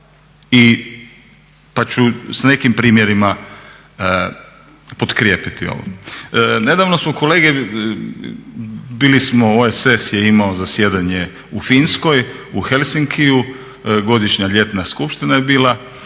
pa ću s nekim primjerima potkrijepiti ovo. Nedavno smo kolege, bili smo, OESS je imao zasjedanje u Finskoj u Helsinkiju, godišnja ljetna skupština je bila